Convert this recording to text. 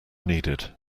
needed